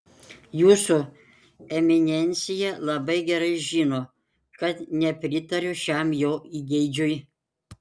jūsų eminencija labai gerai žino kad nepritariu šiam jo įgeidžiui